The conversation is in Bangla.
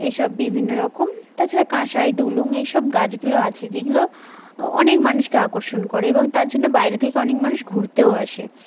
এইসব বিভিন্নরকম তাছাড়া কাঁসাই ডুলুং এইসব গাছগুলো আছে যেগুলো অনেক মানুষকে আকর্ষণ করে এবং তার জন্য বাইরে থেকে অনেক মানুষ ঘুরতেও আসে